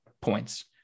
points